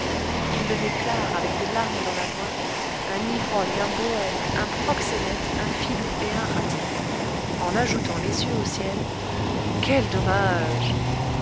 ils le déclarent avec des larmes dans la voix un ivrogne un bohème un proxénète un filou et un raté en ajoutant les yeux au ciel quel dommage